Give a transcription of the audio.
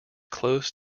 close